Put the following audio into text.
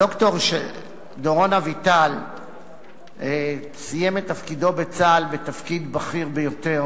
ד"ר דורון אביטל סיים את תפקידו בצה"ל בתפקיד בכיר ביותר,